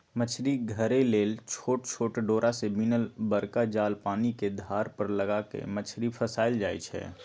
मछरी धरे लेल छोट छोट डोरा से बिनल बरका जाल पानिके धार पर लगा कऽ मछरी फसायल जाइ छै